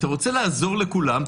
אתה רוצה לעזור לכולם,